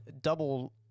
double